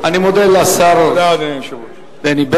אני מודה לשר בני בגין.